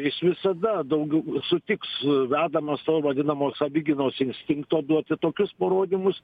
jis visada daugiau sutiks vedamas savo vadinamo savigynos instinkto duoti tokius parodymus